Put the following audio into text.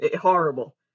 Horrible